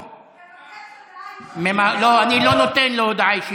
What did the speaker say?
תבקש הודעה אישית